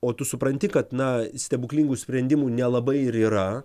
o tu supranti kad na stebuklingų sprendimų nelabai ir yra